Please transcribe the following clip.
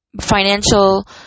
financial